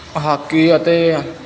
hockey ਅਤੇ